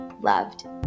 loved